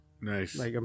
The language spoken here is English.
Nice